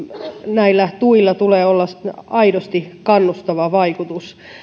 näillä tuilla tulee olla aidosti kannustava vaikutus